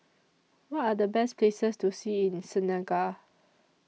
What Are The Best Places to See in Senegal